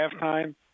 halftime